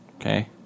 okay